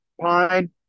pine